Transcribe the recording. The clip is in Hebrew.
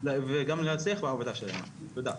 וגם להצליח בעבודה שלהם, תודה.